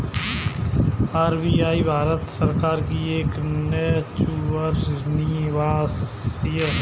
RBI Bharat सरकार की एक स्टेचुअरी निकाय है